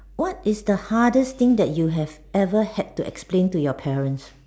what is the hardest thing that you have ever had to explain to your parents